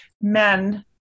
men